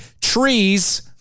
trees